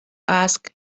ask